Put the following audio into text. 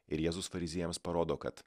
ir jėzus fariziejams parodo kad